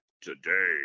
today